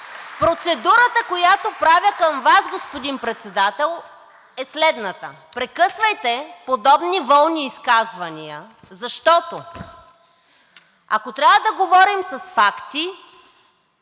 Процедурата, която правя към Вас, господин Председател, е следната: прекъсвайте подобни волни изказвания, защото, ако трябва да говорим с факти,